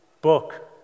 book